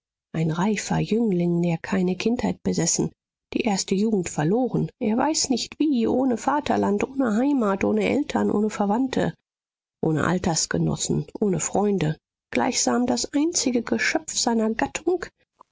ein reifer jüngling der keine kindheit besessen die erste jugend verloren er weiß nicht wie ohne vaterland ohne heimat ohne eltern ohne verwandte ohne altersgenossen ohne freunde gleichsam das einzige geschöpf seiner gattung